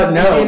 no